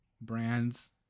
brands